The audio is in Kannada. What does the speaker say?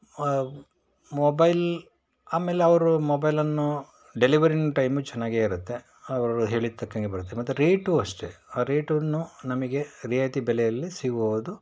ಮೊಬೈಲ್ ಆಮೇಲವರು ಮೊಬೈಲನ್ನು ಡೆಲಿವರಿಂಗ್ ಟೈಮೂ ಚೆನ್ನಾಗೆ ಇರುತ್ತೆ ಅವ್ರು ಹೇಳಿದ ತಕ್ಕಂಗೆ ಬರುತ್ತೆ ಮತ್ತು ರೇಟು ಅಷ್ಟೆ ರೇಟನ್ನು ನಮಗೆ ರಿಯಾಯಿತಿ ಬೆಲೆಯಲ್ಲಿ ಸಿಗುವುದು